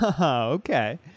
okay